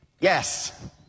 yes